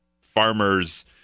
farmers